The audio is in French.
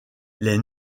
les